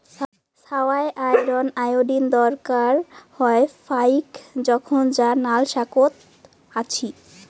ছাওয়ার iron, iodine দরকার হয় ফাইক জোখন যা নাল শাকত আছি